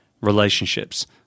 relationships